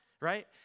right